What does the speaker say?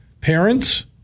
parents